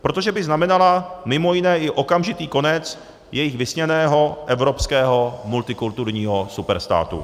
Protože by znamenala mimo jiné i okamžitý konec jejich vysněného evropského multikulturního superstátu.